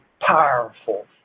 powerful